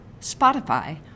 Spotify